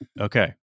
Okay